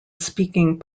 speaking